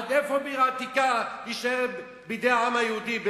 עד איפה בעיר העתיקה יישאר בידי העם היהודי,